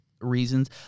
reasons